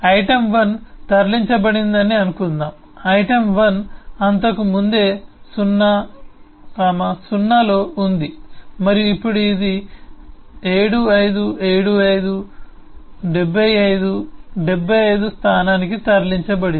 item 1 తరలించబడిందని అనుకుందాం item 1 అంతకు ముందే 0 0 లో ఉంది మరియు ఇప్పుడు అది 7 5 7 5 75 75 స్థానానికి తరలించబడింది